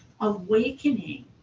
awakening